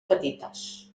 petites